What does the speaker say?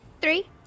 Three